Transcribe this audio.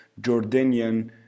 jordanian